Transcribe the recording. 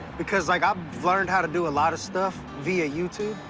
because, like, i've learned how to do a lot of stuff via youtube.